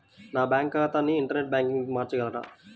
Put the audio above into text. నా బ్యాంక్ ఖాతాని ఇంటర్నెట్ బ్యాంకింగ్గా మార్చగలరా?